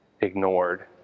ignored